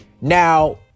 Now